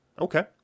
Okay